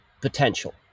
potential